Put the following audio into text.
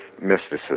mysticism